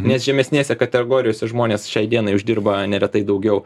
nes žemesnėse kategorijose žmonės šiai dienai uždirba neretai daugiau